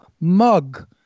mug